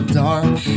dark